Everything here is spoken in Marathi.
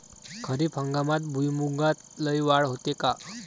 खरीप हंगामात भुईमूगात लई वाढ होते का?